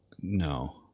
No